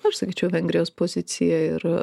aš sakyčiau vengrijos pozicija ir